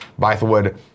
Bythewood